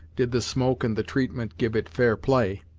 did the smoke and the treatment give it fair play.